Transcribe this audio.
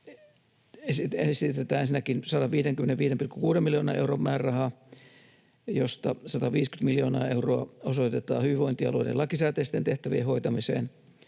Esitetään ensinnäkin 155,6 miljoonan euron määrärahaa, josta 150 miljoonaa euroa osoitetaan hyvinvointialueiden lakisääteisten tehtävien hoitamiseen.